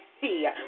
see